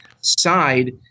side